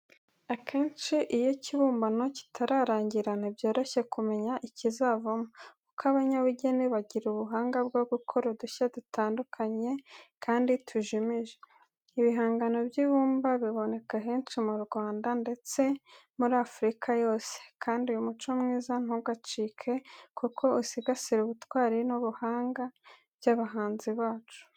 Akenshi iyo ikibumbamo kitararangira, ntibyoroshye kumenya ikizavamo, kuko abanyabugeni bagira ubuhanga bwo gukora udushya dutandukanye kandi tujimije. Ibihangano by’ibumba biboneka henshi mu Rwanda, ndetse no muri Afurika yose, kandi uyu muco mwiza ntugacike, kuko usigasira ubutwari n’ubuhanga bw’abahanzi bacu.